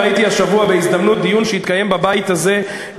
ראיתי השבוע בהזדמנות דיון שהתקיים בבית הזה,